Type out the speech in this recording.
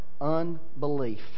unbelief